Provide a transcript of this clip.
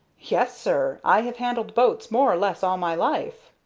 yes, sir i have handled boats more or less all my life.